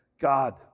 God